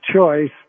choice